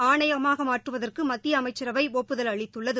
ஆண்ய மா க மாற்றுவதற்கு அம்த்தியா அமைச்சரவை இடுப்பதல் அளித்துள்ளது